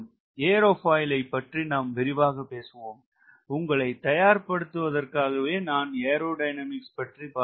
ஏரோபாயிலை பற்றி நாம் விரிவாக பேசுவோம் உங்களை தயார் படுத்துவதற்காகவே நாம் ஏரோடயனமிக்ஸ் பற்றி பார்த்தோம்